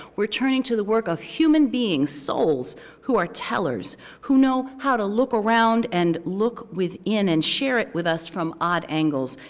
we're turning to the work of human being's souls who are tellers who know how to look around and look within and share it with use from odd angles,